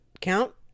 count